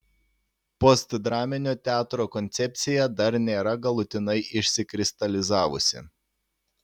postdraminio teatro koncepcija dar nėra galutinai išsikristalizavusi